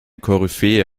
koryphäe